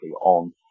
on